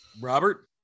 Robert